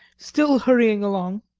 still hurrying along.